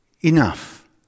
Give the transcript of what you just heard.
enough